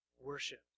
worship